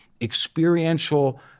experiential